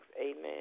Amen